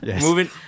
moving